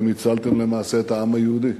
אתם הצלתם למעשה את העם היהודי,